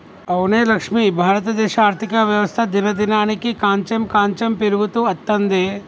అవునే లక్ష్మి భారతదేశ ఆర్థిక వ్యవస్థ దినదినానికి కాంచెం కాంచెం పెరుగుతూ అత్తందే